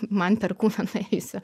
man per kūną nuėjusio